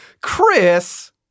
Chris